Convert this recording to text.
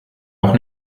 auch